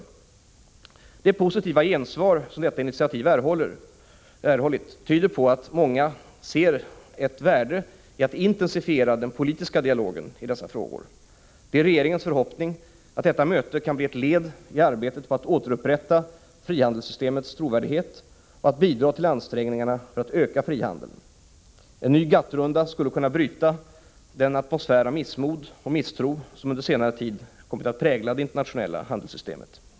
Det positiva gensvar som detta initiativ erhållit tyder på att många ser ett värde i att intensifiera den politiska dialogen i dessa frågor. Det är regeringens förhoppning att detta möte kan bli ett led i arbetet på att återupprätta frihandelssystemets trovärdighet och bidra till ansträngningarna för att öka frihandeln. En ny GATT-runda skulle kunna bryta den atmosfär av missmod och misstro som under senare tid kommit att prägla det internationella handelssystemet.